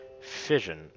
fission